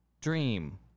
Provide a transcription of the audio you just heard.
dream